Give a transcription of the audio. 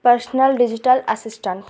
personal digital assistant